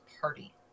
Party